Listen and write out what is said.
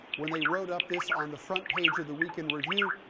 when they wrote up this on the front page of the week in review,